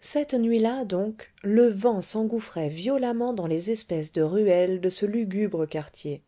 cette nuit-là donc le vent s'engouffrait violemment dans les espèces de ruelles de ce lugubre quartier